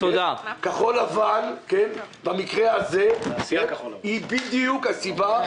תעשייה כחול-לבן היא בדיוק הסיבה.